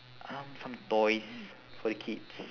um some toys for the kids